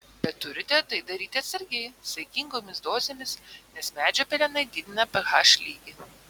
bet turite tai daryti atsargiai saikingomis dozėmis nes medžio pelenai didina ph lygį